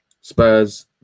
spurs